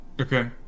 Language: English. Okay